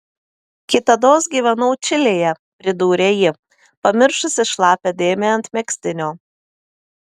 kitados gyvenau čilėje pridūrė ji pamiršusi šlapią dėmę ant megztinio